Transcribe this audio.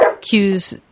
cues